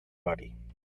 party